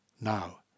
Now